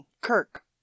Kirk